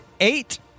eight